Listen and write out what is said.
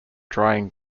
drying